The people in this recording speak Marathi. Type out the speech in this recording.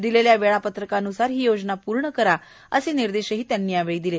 दिलेल्या वेळापत्रकानुसार ही योजना पूर्ण करा असे निर्देश मुख्यमंत्र्यांनी यावेळी दिले